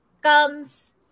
comes